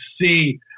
see